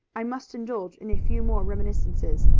i must indulge in a few more reminiscences,